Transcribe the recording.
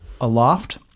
aloft